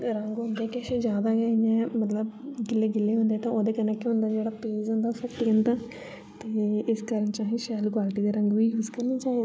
रंग होंदे किश ज्यादा गै इ'यां मतलब गिल्ले गिल्ले होंदे तां ओह्दे कन्नै केह् होंदा जेह्ड़ा पेज होंदा ओह् फट्टी जन्दा ते इस कारण जेह्ड़े शैल क्वालिटी दे रंग बी यूज़ करने चाहिदे